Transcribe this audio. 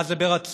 מה זה "ברצון"?